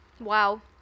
Wow